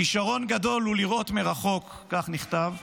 כישרון גדול הוא לראות מרחוק, כך נכתב,